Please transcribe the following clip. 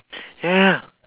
yeah